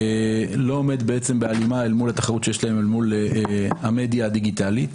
לא עומד בהלימה אל מול התחרות שיש להם מול המדיה הדיגיטלית.